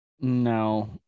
No